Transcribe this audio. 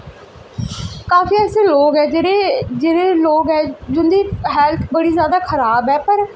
काफी ऐसे लोग ऐ जेह्ड़े लोग ऐ जिं'दी हैल्थ बड़ी जादा खराब ऐ पर